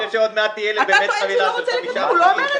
אתה טוען --- הוא לא אומר את זה,